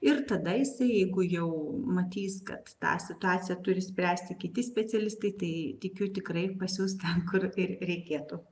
ir tada jisai jeigu jau matys kad tą situaciją turi spręsti kiti specialistai tai tikiu tikrai pasiųs ten kur ir reikėtų